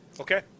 Okay